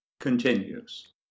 continues